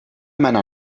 meiner